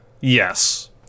Yes